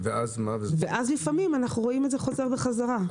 ואז לפעמים אנחנו רואים אותם חוזרים בחזרה.